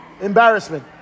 embarrassment